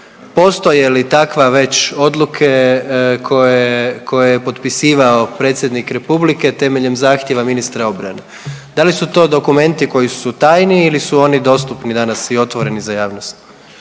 postoje li takva već odluke koje je potpisivao predsjednik Republike temeljem zahtjeva ministra obrane. Da li su to dokumenti koji su tajni ili su oni dostupni danas i otvoreni za javnost?